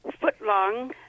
foot-long